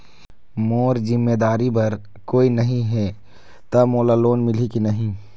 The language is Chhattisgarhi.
मोर जिम्मेदारी बर कोई नहीं हे त मोला लोन मिलही की नहीं?